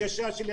הנגשה של ילדים.